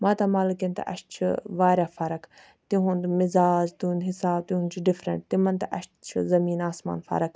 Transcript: ماتامالٕکیٚن تہٕ اَسہِ چھِ واریاہ فَرَق تِہُنٛد مِزاز تِہُنٛد حِساب تِہُنٛد چھُ ڈِفرنٹ تِمَن تہٕ اَسہِ چھِ زٔمیٖن آسمان فَرَق